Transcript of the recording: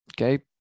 okay